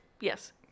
yes